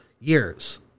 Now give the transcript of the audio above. years